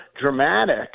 dramatic